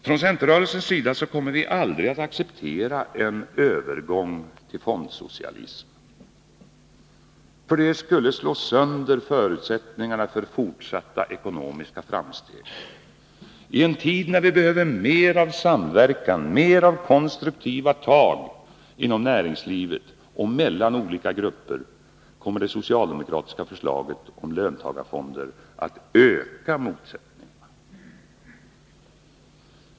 Från centerrörelsens sida kommer vi aldrig att acceptera en övergång till fondsocialism, för det skulle slå sönder förutsättningarna för fortsatta ekonomiska framsteg. I en tid när vi behöver mer av samverkan, mer av konstruktiva tag inom näringslivet och mellan olika grupper kommer det socialdemokratiska förslaget om löntagarfonder att öka motsättningarna.